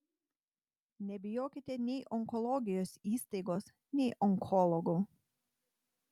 nebijokite nei onkologijos įstaigos nei onkologų